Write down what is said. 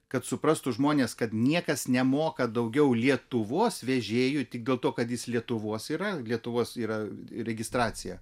kad suprastų žmonės kad niekas nemoka daugiau lietuvos vežėjui tik dėl to kad jis lietuvos yra lietuvos yra registracija